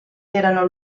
erano